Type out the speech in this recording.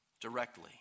directly